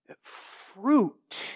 Fruit